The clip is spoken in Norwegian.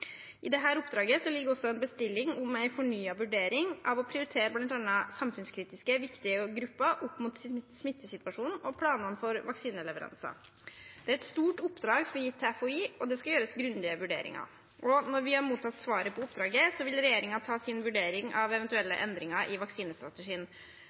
I dette oppdraget ligger også en bestilling av en fornyet vurdering av å prioritere bl.a. samfunnskritiske, viktige grupper opp mot smittesituasjonen og planene for vaksineleveranser. Det er et stort oppdrag som er gitt til FHI, og det skal gjøres grundige vurderinger. Og når vi har mottatt svaret på oppdraget, vil regjeringen ta sin vurdering av